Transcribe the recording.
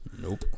Nope